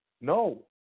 No